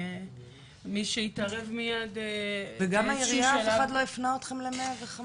מי שהתערב --- וגם מהעירייה אף אחד לא הפנה אותכם ל-105?